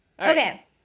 okay